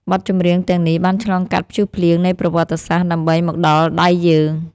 បទចម្រៀងទាំងនេះបានឆ្លងកាត់ព្យុះភ្លៀងនៃប្រវត្តិសាស្ត្រ ដើម្បីមកដល់ដៃយើង។